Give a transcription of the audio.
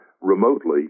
remotely